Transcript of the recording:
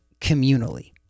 communally